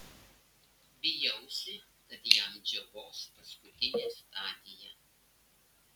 bijausi kad jam džiovos paskutinė stadija